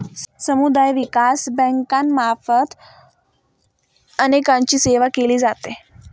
समुदाय विकास बँकांमार्फत अनेकांची सेवा केली जाते